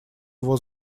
его